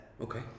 Okay